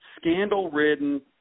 scandal-ridden